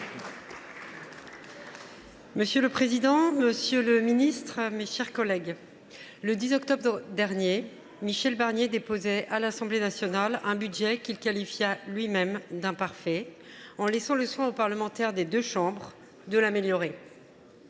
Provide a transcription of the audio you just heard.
Monsieur le président, madame, messieurs les ministres, mes chers collègues, le 10 octobre dernier, Michel Barnier déposait à l’Assemblée nationale un budget qu’il qualifia lui même d’imparfait, en laissant le soin aux parlementaires des deux chambres de l’améliorer.